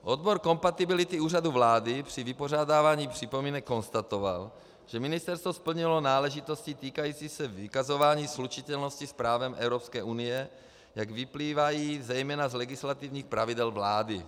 Odbor kompatibility Úřadu vlády při vypořádávání připomínek konstatoval, že ministerstvo splnilo náležitosti týkající se vykazování slučitelnosti s právem Evropské unie, jak vyplývají zejména z legislativních pravidel vlády.